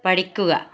പഠിക്കുക